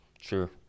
Sure